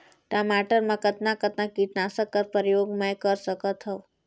टमाटर म कतना कतना कीटनाशक कर प्रयोग मै कर सकथव?